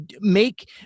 make